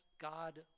God